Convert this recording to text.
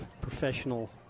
professional